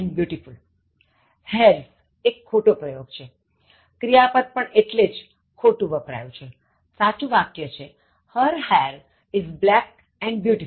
hairs એ ખોટો પ્રયોગ છેક્રિયાપદ પણ એટલે જ ખોટું વપરાયું છે સાચું વાક્ય છે Her hair is black and beautiful